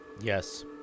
Yes